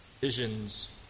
Visions